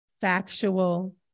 factual